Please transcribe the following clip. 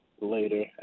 later